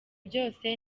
byose